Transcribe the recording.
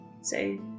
say